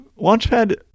launchpad